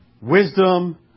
wisdom